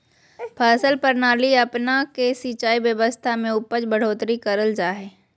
फसल प्रणाली अपना के सिंचाई व्यवस्था में उपज बढ़ोतरी करल जा हइ